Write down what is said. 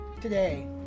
today